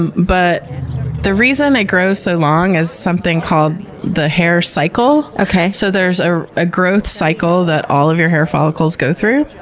um but the reason it grows so long is something called the hair cycle. so there's ah a growth cycle that all of your hair follicles go through.